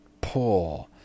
Poor